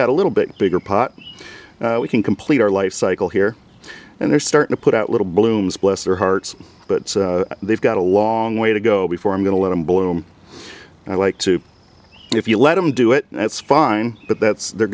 got a little bit bigger pot we can complete our life cycle here and they're starting to put out little blooms bless their hearts but they've got a long way to go before i'm going to let them boil and i'd like to if you let them do it that's fine but that's they're